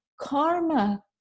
karma